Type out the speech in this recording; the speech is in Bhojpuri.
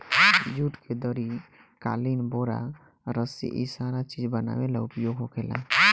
जुट के दरी, कालीन, बोरा, रसी इ सारा चीज बनावे ला उपयोग होखेला